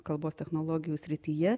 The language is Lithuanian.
kalbos technologijų srityje